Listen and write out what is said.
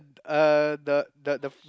uh the the the f~